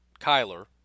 Kyler